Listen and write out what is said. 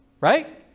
right